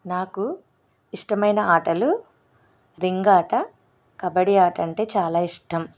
నాకు ఇష్టమైన ఆటలు రింగ్ ఆట కబడ్డీ ఆట అంటే చాలా ఇష్టం